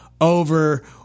over